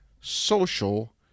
social